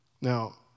Now